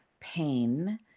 pain